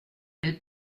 elles